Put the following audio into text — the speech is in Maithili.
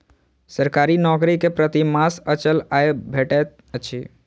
सरकारी नौकर के प्रति मास अचल आय भेटैत अछि